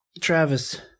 Travis